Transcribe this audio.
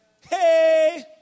Hey